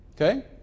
Okay